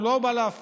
הוא לא בא להפריע,